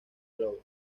globo